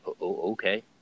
Okay